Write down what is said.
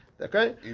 okay